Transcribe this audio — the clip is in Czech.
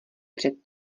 před